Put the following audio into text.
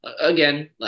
Again